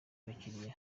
abakiriya